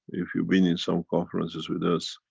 if you've been in some conferences with us